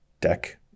deck